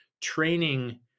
training